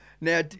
Now